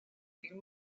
firme